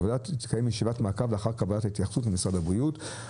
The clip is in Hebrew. הוועדה תקיים ישיבת מעקב לאחר קבלת התייחסות ממשרד הבריאות.